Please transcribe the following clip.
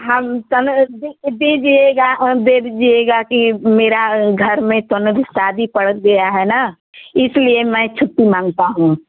हम समय दे दीजिएगा दे दीहिएगा कि मेरे घर में तोनो ती शादी पड़ गया है ना इसलिए मैं छुट्टी माँगता हूँ